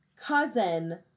cousin